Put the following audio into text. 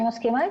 אני מסכימה אתך.